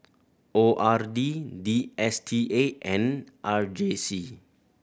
O R D D S T A and R J C